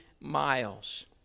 miles